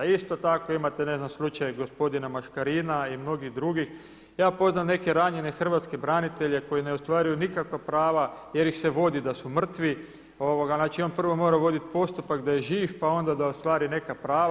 Isto tako imate ne znam slučaj gospodina Maškarina i mnogih drugih, ja poznam neke ranjene hrvatske branitelje koji ne ostvaruju nikakva prava jer ih se vodi da su mrtvi, znači on prvo mora voditi postupak da je živ pa onda da ostvari neka prava.